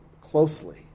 closely